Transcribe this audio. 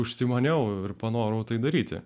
užsimaniau ir panorau tai daryti